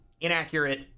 inaccurate